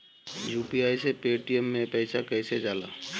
UPI से Paytm मे पैसा कइसे जाला?